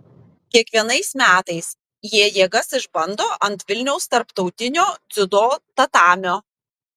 kiekvienais metais jie jėgas išbando ant vilniaus tarptautinio dziudo tatamio